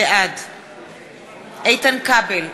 בעד איתן כבל,